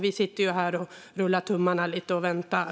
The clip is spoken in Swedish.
Vi sitter här och rullar tummarna och väntar.